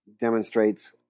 demonstrates